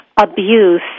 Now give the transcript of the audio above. abuse